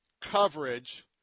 coverage